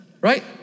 Right